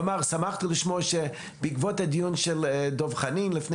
שמחנו לשמוע שבעקבות הדיון של דב חנין לפני